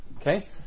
Okay